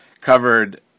covered